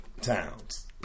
Towns